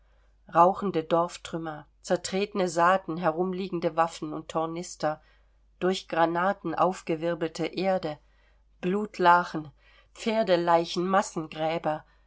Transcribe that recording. rauchende dorftrümmer zertretene saaten herumliegende waffen und tornister durch granaten aufgewirbelte erde blutlachen pferdeleichen massengräber